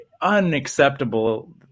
Unacceptable